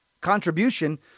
contribution